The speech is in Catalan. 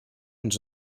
ens